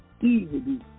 easily